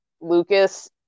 Lucas